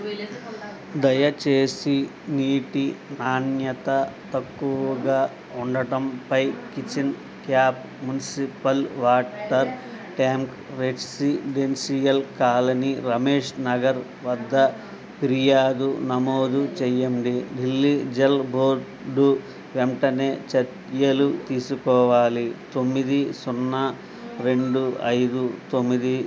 దయచేసి నీటి నాణ్యత తక్కువగా ఉండడంపై kitchen tap municipal water tank residential colony Ramesh Nagar వద్ద ఫిర్యాదు నమోదు చేయండి ఢిల్లీ జల్ బోర్డు వెంటనే చర్యలు తీసుకోవాలి తొమ్మిది సున్నా రెండు ఐదు తొమ్మిది